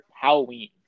Halloween